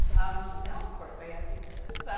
um, but now of course i am, because, ah,